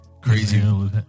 Crazy